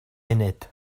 munud